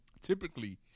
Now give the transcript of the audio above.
Typically